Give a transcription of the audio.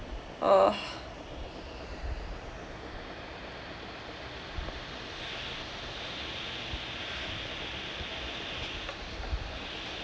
uh